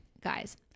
guys